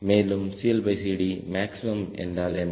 மேலும் CLCD maximum என்றால் என்ன